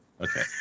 Okay